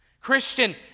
Christian